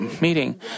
meeting